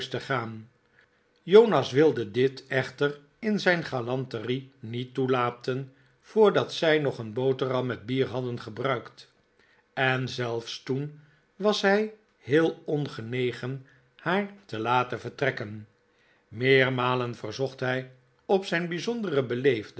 gaan jonas wilde dit echter in zijn galanterie niet toelaten voordat zij nog een boterham met bier hadden gebruikt en zelfs toen was hij heel ongenegen haar te laten vertrekken meermalen verzocht hij op zijn bijzondere